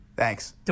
Thanks